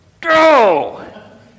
go